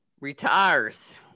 retires